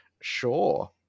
Sure